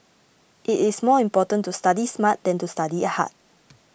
it is more important to study smart than to study hard